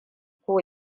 ko